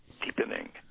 deepening